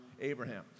Abraham